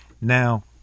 Now